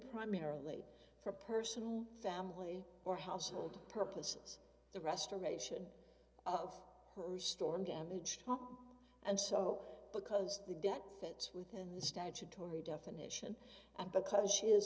primarily for personal family or household purposes the restoration of her storm damage and so because the debt fits within the statutory definition and because she is